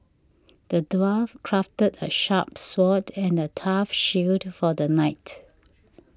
the dwarf crafted a sharp sword and a tough shield for the knight